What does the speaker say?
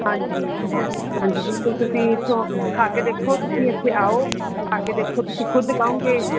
ਹਾਂਜੀ ਹਾਂਜੀ ਬਿਲਕੁਲ ਤੁਸੀਂ ਇੱਥੋਂ ਖਾ ਕੇ ਦੇਖੋ ਤੁਸੀਂ ਇੱਥੇ ਆਉ ਖਾ ਕੇ ਦੇਖੋ ਤੁਸੀਂ ਖੁਦ ਕਹੋਂਗੇ